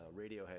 Radiohead